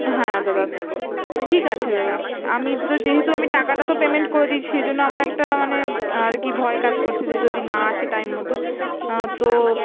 হ্যাঁ দাদা ঠিক আছে দাদা আমি তো যেহেতু আমি টাকাটা তো পেমেন্ট করে দিচ্ছি সেই জন্য আমার একটা মানে আর কি ভয় কাজ করছে যে যদি না আসে টাইম মতো তো